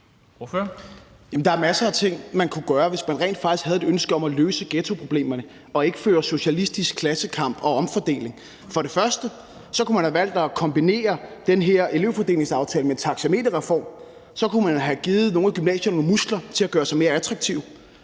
der er masser af ting, man kunne gøre, hvis man rent faktisk havde et ønske om at løse ghettoproblemerne og ikke førte socialistisk klassekamp om omfordeling. For det første kunne man have valgt at kombinere den her elevfordelingsaftale med en taxameterreform, for så kunne man have givet nogle af gymnasierne nogle muskler til at gøre sig mere attraktive.